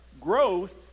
growth